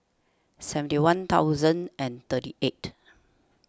seventy one thousand and thirty eight